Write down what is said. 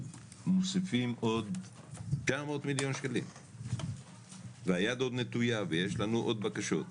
מוסיפים עוד 900 מיליון שקלים והיד עוד נטויה ויש לנו עוד בקשות.